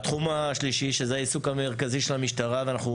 התחום השלישי שזה העיסוק המרכזי של המשטרה ואנחנו